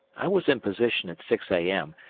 i was in position at six a m,